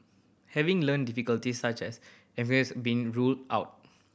have learning difficulties such as dyslexia been ruled out